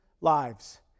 lives